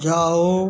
जाओ